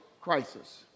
crisis